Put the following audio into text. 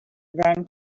then